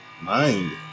mind